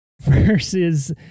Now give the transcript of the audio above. versus